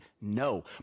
No